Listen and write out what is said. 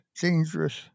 dangerous